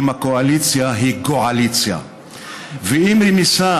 אם הקואליציה היא גועליציה / ואם רמיסה